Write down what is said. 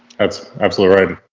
that's absolutely right.